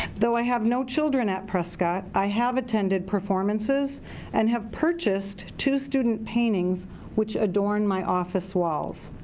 though i have no children at prescott, i have attended performances and have purchased two student paintings which adorn my office walls.